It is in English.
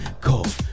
Cold